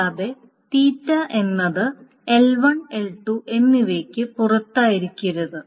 കൂടാതെ എന്നത് L1 L2 എന്നിവയ്ക്ക് പുറത്തായിരിക്കരുത്